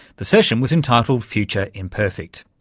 the session was entitled future imperfect.